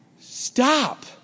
Stop